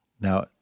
Now